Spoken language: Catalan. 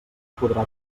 podrà